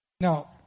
Now